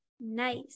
Nice